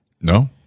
No